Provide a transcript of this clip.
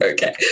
Okay